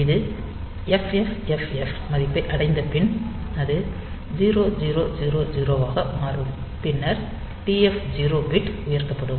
இது FFFFH மதிப்பை அடைந்தப்பின் அது 0000 ஆக மாறும் பின்னர் TF0 பிட் உயர்த்தப்படும்